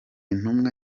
ntumwa